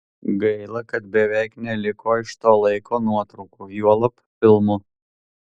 gaila kad beveik neliko iš to laiko nuotraukų juolab filmų